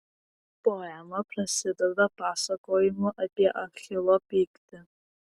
poema prasideda pasakojimu apie achilo pyktį